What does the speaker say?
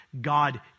God